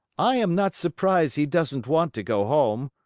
i am not surprised he doesn't want to go home.